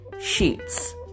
sheets